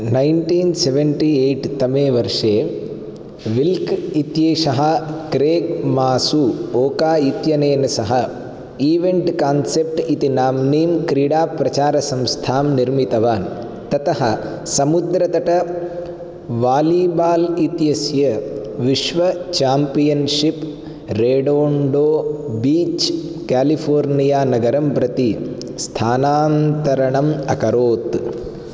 nineteen seventy eight तमे वर्षे Wilk इत्येषः क्रेग् मासु ओका इत्यनेन सह इवेण्ट् कान्सेप्ट्स् इति नाम्नीं क्रीडाप्रचारसंस्थां निर्मितवान् ततः समुद्रतटवालीबाल् इत्यस्य विश्वचाम्पियन्शिप् रेडोण्डो बीच् कालिफोर्नियानगरं प्रति स्थानान्तरणम् अकरोत्